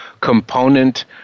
component